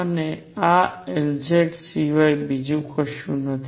અને આ Lz સિવાય બીજું કંઈ નથી